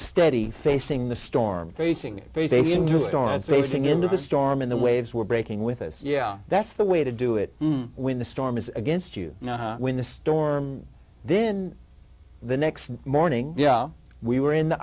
steady facing the storm facing facing just on facing into the storm and the waves were breaking with us yeah that's the way to do it when the storm is against you when the storm then the next morning yeah we were in the